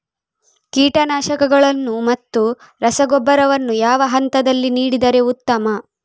ಕೀಟನಾಶಕಗಳನ್ನು ಮತ್ತು ರಸಗೊಬ್ಬರವನ್ನು ಯಾವ ಹಂತದಲ್ಲಿ ನೀಡಿದರೆ ಉತ್ತಮ?